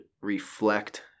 reflect